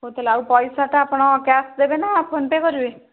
ହଉ ତାହେଲେ ଆଉ ପଇସାଟା ଆପଣ କ୍ୟାସ୍ ଦେବେ ନା ଫୋନପେ କରିବେ